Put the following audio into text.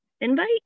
Invite